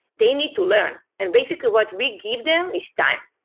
they need to learn, and basically what we give them is time,